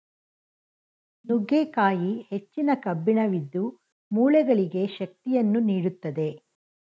ನುಗ್ಗೆಕಾಯಿ ಹೆಚ್ಚಿನ ಕಬ್ಬಿಣವಿದ್ದು, ಮೂಳೆಗಳಿಗೆ ಶಕ್ತಿಯನ್ನು ನೀಡುತ್ತದೆ